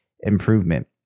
improvement